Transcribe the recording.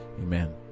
Amen